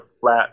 flat